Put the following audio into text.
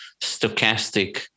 stochastic